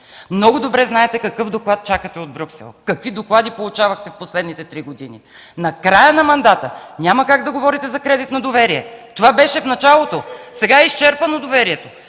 Много добре знаете какъв доклад чакате от Брюксел, какви доклади получавахте в последните три години. Накрая на мандата няма как да говорите за кредит на доверие. Това беше в началото. Сега доверието